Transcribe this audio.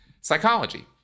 psychology